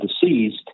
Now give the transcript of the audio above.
deceased